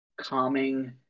calming